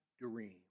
dream